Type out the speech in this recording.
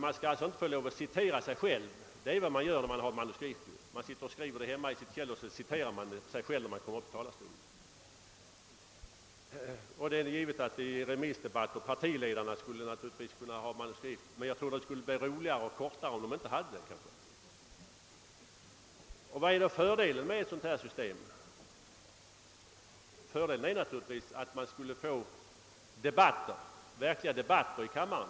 Man bör dock inte få citera sig själv, vilket faktiskt sker när man läser från manuskript — man skriver ett manuskript hemma varpå man citerar sig själv uppe i talarstolen. Det är vidare givet att partiledarna i remissdebatterna skulle kunna få ha manuskript, men jag tror att det skulle bli roligare och kortare anföranden om de inte hade det. Vad är då fördelen med ett sådant här system? Jo, den ligger naturligtvis i att man skulle få till stånd verkliga debatter i kammaren.